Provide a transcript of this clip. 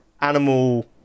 animal